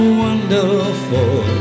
wonderful